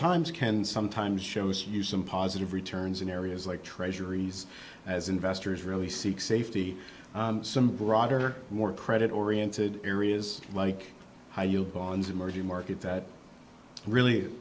times can sometimes shows you some positive returns in areas like treasuries as investors really seek safety some broader more credit oriented areas like high yield bonds emerging market that really